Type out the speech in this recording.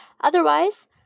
Otherwise